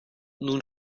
nun